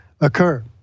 occur